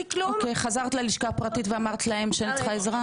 חזרת ללשכה הפרטית ואמרת להם שאת צריכה עזרה?